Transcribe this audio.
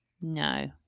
No